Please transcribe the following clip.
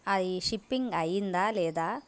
అది షిప్పింగ్ అయ్యిందా లేదా